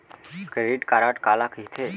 Credit card काला कहिथे?